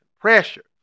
pressure